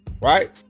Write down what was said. right